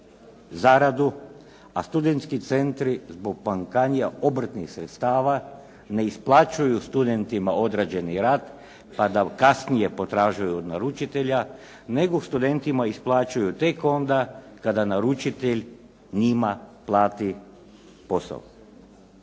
zaradu a studentski centri zbog pomanjkanja obrtnih sredstava ne isplaćuju studentima odrađeni rad pa da kasnije potražuju od naručitelja nego studentima isplaćuju tek onda kada naručitelj njima plati posao.